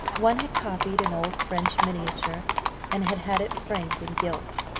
one had copied an old french miniature and had had it framed in gilt.